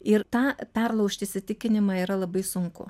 ir tą perlaužti įsitikinimą yra labai sunku